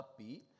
upbeat